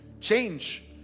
change